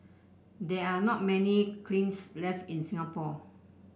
there are not many kilns left in Singapore